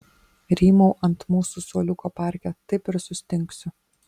rymau ant mūsų suoliuko parke taip ir sustingsiu